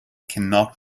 cannot